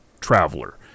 traveler